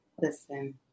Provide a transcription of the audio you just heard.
Listen